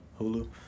Hulu